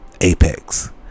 Apex